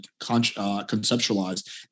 conceptualized